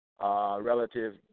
relative